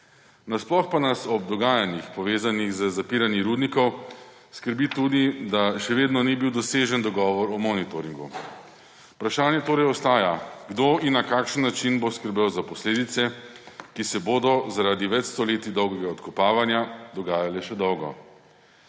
Nasploh pa nas ob dogajanjih, povezanih z zapiranji rudnikov, skrbi tudi, da še vedno ni bil dosežen dogovor o monitoringu. Ostaja torej vprašanje, kdo in na kakšen način bo skrbel za posledice, ki se bodo zaradi več stoletij dolgega odkopavanja dogajale še dolgo.